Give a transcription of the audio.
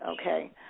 okay